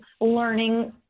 learning